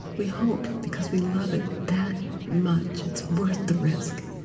we hope, because we love it that much. it's worth the risk